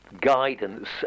guidance